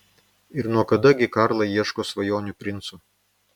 ir nuo kada gi karla ieško svajonių princo